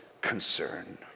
concern